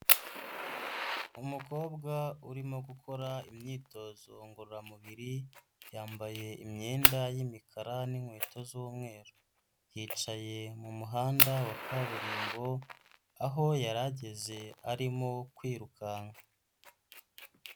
Umukobwa urimo gukora imyitozo ngororamubiri, yambaye imyenda y'imikara n'inkweto z'umweru. Yicaye mu muhanda wa kaburimbo, aho yari ageze arimo kwirukanka.